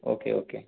okay okay